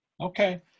okay